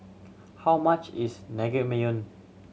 how much is Naengmyeon